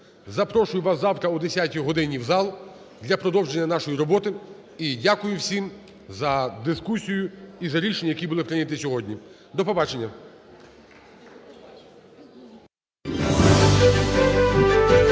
Запрошую вас завтра о 10 годині в зал для продовження нашої роботи. І дякую всім за дискусію, і за рішення, які були прийняті сьогодні. До побачення.